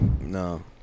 No